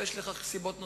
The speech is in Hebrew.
ויש לכך סיבות נוספות.